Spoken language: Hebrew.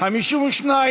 1 לא נתקבלה.